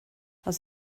aus